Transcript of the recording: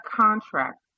contract